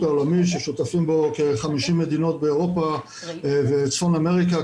העולמי ששותפים בו כ-50 מדינות באירופה וצפון אמריקה,